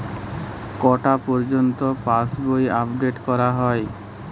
কটা পযর্ন্ত পাশবই আপ ডেট করা হয়?